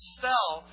sell